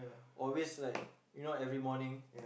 always like you know every morning